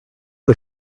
the